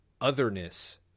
otherness